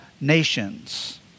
nations